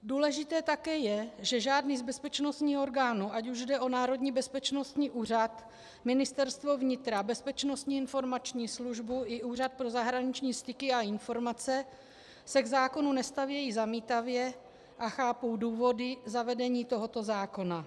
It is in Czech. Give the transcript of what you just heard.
Důležité také je, že žádný z bezpečnostních orgánů, ať už jde o Národní bezpečnostní úřad, Ministerstvo vnitra, Bezpečnostní informační službu i Úřad pro zahraniční styky a informace, se k zákonu nestaví zamítavě, chápou důvody k přijetí tohoto zákona.